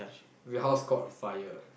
if your house caught fire